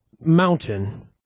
Mountain